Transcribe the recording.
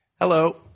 Hello